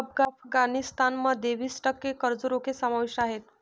अफगाणिस्तान मध्ये वीस टक्के कर्ज रोखे समाविष्ट आहेत